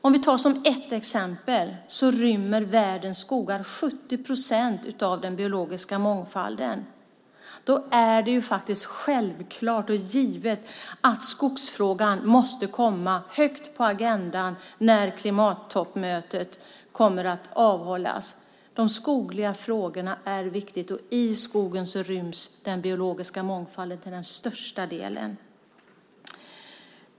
Jag kan som ett exempel peka på att världens skogar rymmer 70 procent av den biologiska mångfalden. Då är det självklart och givet att skogsfrågan måste komma högt upp på agendan när klimattoppmötet kommer att avhållas. De skogliga frågorna är viktiga, och den biologiska mångfalden ryms till största delen i skogen.